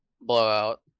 Blowout